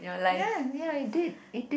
ya ya it did it did